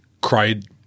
cried –